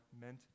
meant